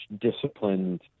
disciplined